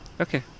Okay